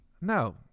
no